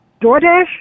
DoorDash